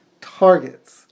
targets